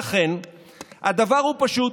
לכן הדבר הוא פשוט: